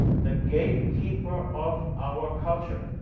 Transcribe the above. the gatekeeper of our culture,